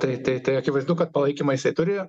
tai tai tai akivaizdu kad palaikymą jisai turi